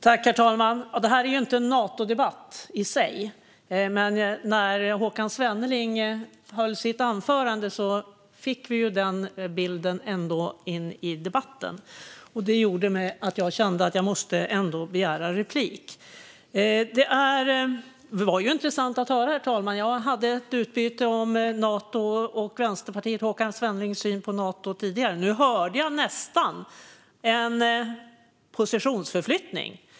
Herr talman! Det här är inte en Natodebatt i sig, men när Håkan Svenneling höll sitt anförande fick vi ändå den bilden in i debatten. Det gjorde att jag kände att jag måste begära replik. Det här var intressant att höra, herr talman. Jag hade ett meningsutbyte om Nato och Vänsterpartiets och Håkan Svennelings syn på Nato tidigare. Nu hörde jag nästan en positionsförflyttning.